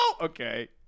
Okay